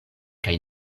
kaj